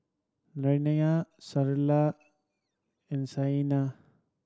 Naraina Sunderlal and Saina